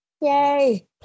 Yay